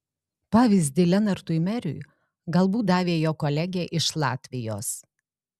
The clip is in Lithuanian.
pavyzdį lenartui meriui galbūt davė jo kolegė iš latvijos